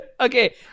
okay